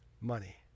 money